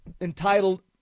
entitled